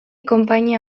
konpainia